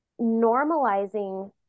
normalizing